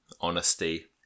honesty